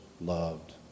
loved